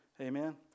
amen